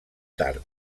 tard